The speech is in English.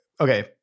okay